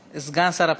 סגן שר הפנים,